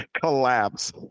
collapse